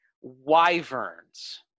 Wyverns